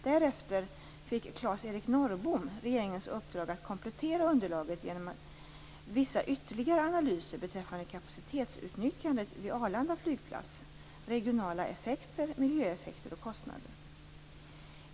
Därefter fick Claes Erik Norrbom regeringens uppdrag att komplettera underlaget genom vissa ytterligare analyser beträffande kapacitetsutnyttjandet vid Arlanda flygplats, regionala effekter, miljöeffekter och kostnader.